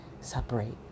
separate